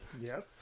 yes